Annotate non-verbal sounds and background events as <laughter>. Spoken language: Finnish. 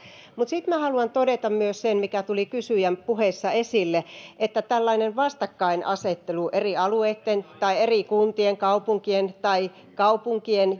mutta sitten minä haluan todeta myös sen mikä tuli kysyjän puheessa esille että tällainen vastakkainasettelu eri alueitten tai eri kuntien ja kaupunkien tai kaupunkien <unintelligible>